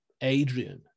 Adrian